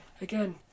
Again